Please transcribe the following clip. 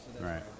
right